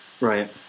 right